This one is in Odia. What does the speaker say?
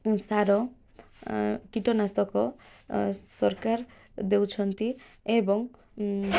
ସାର କୀଟନାଶକ ସରକାର ଦେଉଛନ୍ତି ଏବଂ